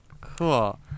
Cool